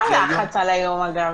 מה הלחץ על היום, אגב?